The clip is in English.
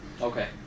Okay